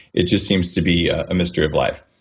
it just seems to be a mystery of life.